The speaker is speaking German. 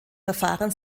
verfahren